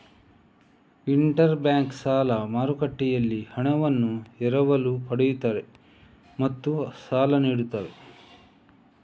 inter bank ಸಾಲ ಮಾರುಕಟ್ಟೆಯಲ್ಲಿ ಹಣವನ್ನು ಎರವಲು ಪಡೆಯುತ್ತವೆ ಮತ್ತು ಸಾಲ ನೀಡುತ್ತವೆ